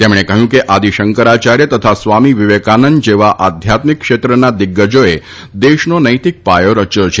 તેમણે કહ્યું કે આદિ શંકરાચાર્ય તથા સ્વામી વિવેકાનંદ જવા આધ્યાત્મિક ક્ષેત્રના દિગ્ગજોએ દેશનો નેતિક પાયો રચ્યો છે